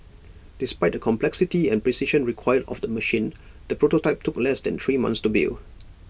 despite the complexity and precision required of the machine the prototype took less than three months to build